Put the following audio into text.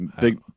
big